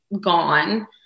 gone